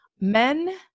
Men